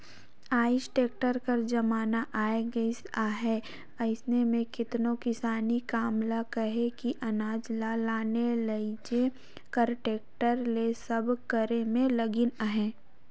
आएज टेक्टर कर जमाना आए गइस अहे अइसे में केतनो किसानी काम ल कहे कि अनाज ल लाने लेइजे कर टेक्टर ले सब करे में लगिन अहें